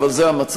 אבל זה המצב,